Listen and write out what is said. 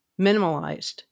minimalized